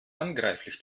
handgreiflich